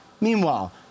Meanwhile